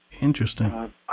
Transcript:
Interesting